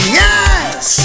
yes